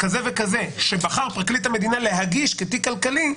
כזה וכזה שבחר פרקליט המדינה להגיש כתיק כלכלי,